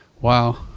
Wow